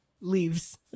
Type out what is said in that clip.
leaves